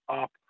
up